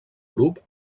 grup